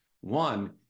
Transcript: One